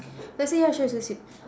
then I say ya sure just sit